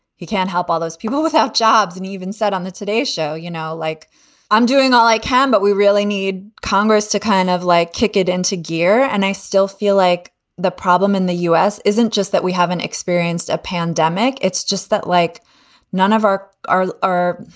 you can't help all those people without jobs. and even said on the today show, you know, like i'm doing all i can. but we really need congress to kind of like kick it into gear. and i still feel like the problem in the u s. isn't just that we haven't experienced a pandemic. it's just that like none of our our our